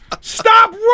Stop